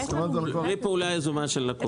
בלי פעולה יזומה של הלקוח.